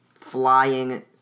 flying